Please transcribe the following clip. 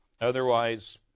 Otherwise